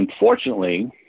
unfortunately